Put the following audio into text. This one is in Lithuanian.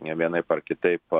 vienaip ar kitaip